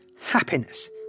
happiness